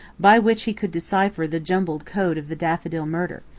by which he could decipher the jumbled code of the daffodil murder,